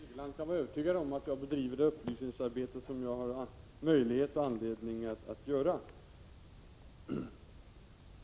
Fru talman! Hugo Hegeland kan vara övertygad om att jag bedriver det upplysningsarbete som jag har möjligheter och anledning att göra.